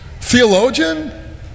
Theologian